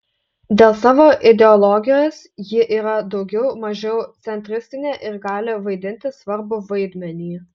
dėl savo ideologijos ji yra daugiau mažiau centristinė ir gali vaidinti svarbų vaidmenį